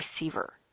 receiver